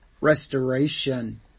Restoration